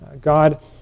God